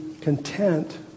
content